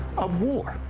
of war,